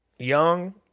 Young